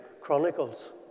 Chronicles